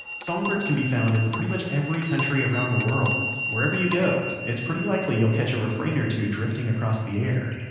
songbirds can be found in pretty much every country around the world. wherever you go, it's pretty likely that you'll catch a refrain or two drifting across the air.